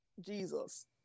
Jesus